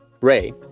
Ray